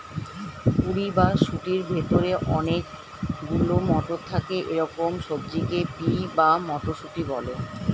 কুঁড়ি বা শুঁটির ভেতরে অনেক গুলো মটর থাকে এরকম সবজিকে পি বা মটরশুঁটি বলে